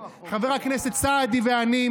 חבר הכנסת סעדי ואני,